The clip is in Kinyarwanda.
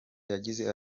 yagize